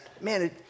man